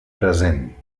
present